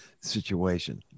situation